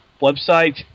website